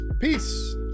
peace